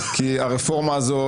כי הרפורמה הזאת,